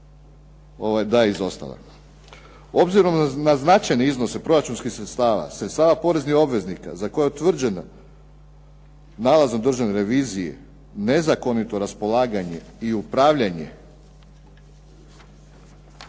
da je izostala. Obzirom na značajne iznose proračunskih sredstava, sredstava poreznih obveznika za koje je utvrđena nalazom Državne revizije nezakonito raspolaganje i upravljanje